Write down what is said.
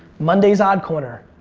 monday's odd corner,